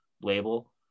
label